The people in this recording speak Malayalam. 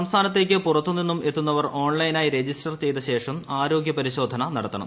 സംസ്ഥാനത്തേക്ക് പുറത്തു നിന്നും എത്തുന്നവർ ഓൺലൈനായി രജിസ്റ്റർ ചെയ്ത ശേഷം ആരോഗ്യപരിശോധന നടത്തണം